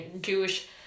Jewish